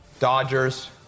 Dodgers